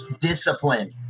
discipline